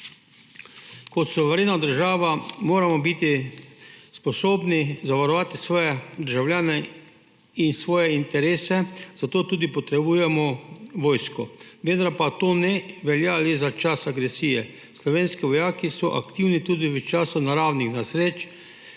Kot suverena država moramo biti sposobni zavarovati svoje državljane in svoje interese, zato tudi potrebujemo vojsko. Vendar pa to ne velja le za čas agresije, slovenski vojaki so aktivni tudi v času naravnih nesreč,